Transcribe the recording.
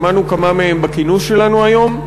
שמענו על כמה מהם בכינוס שלנו היום.